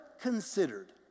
considered